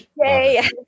Yay